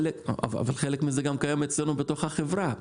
אבל חלק מזה גם קיים אצלנו בתוך החברה.